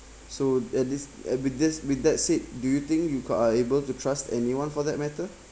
so at this with this with that said do you think you cou~ are able to trust anyone for that matter